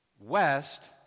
west